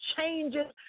Changes